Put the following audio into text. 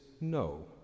no